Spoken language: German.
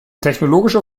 technologische